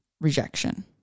rejection